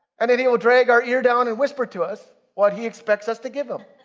and then he would drag our ear down and whisper to us what he expects us to give him.